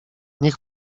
niech